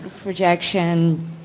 projection